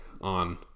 on